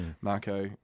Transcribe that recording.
Marco